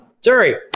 sorry